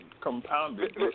compounded